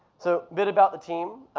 so bit about the team.